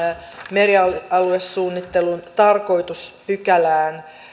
merialuesuunnittelun tarkoitus pykälään